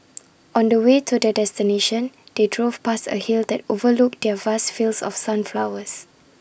on the way to their destination they drove past A hill that overlooked their vast fields of sunflowers